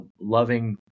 loving